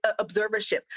observership